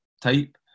type